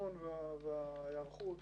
התכנון וההיערכות,